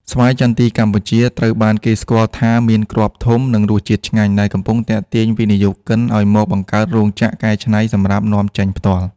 ស្វាយចន្ទីកម្ពុជាត្រូវបានគេស្គាល់ថាមានគ្រាប់ធំ និងរសជាតិឆ្ងាញ់ ដែលកំពុងទាក់ទាញវិនិយោគិនឱ្យមកបង្កើតរោងចក្រកែច្នៃសម្រាប់នាំចេញផ្ទាល់។